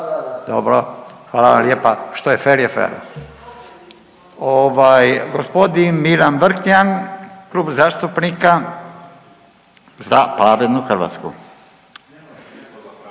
Dobro, hvala vam lijepa, što je fer je fer. Ovaj g. Milan Vrkljan Klub zastupnika Za pravednu Hrvatsku.